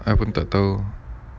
I pun tak tahu